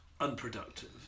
unproductive